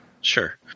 Sure